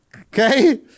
Okay